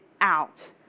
out